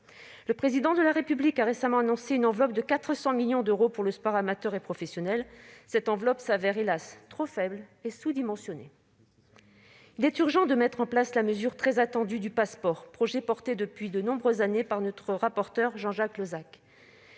Le Président de la République a récemment annoncé une enveloppe de 400 millions d'euros pour le sport amateur et professionnel, qui s'avère, hélas, trop faible et sous-dimensionnée. Il est urgent de mettre en place la mesure très attendue du Pass'Sport, projet porté depuis de nombreuses années par notre rapporteur pour avis Jean-Jacques Lozach.